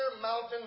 mountain